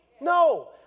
No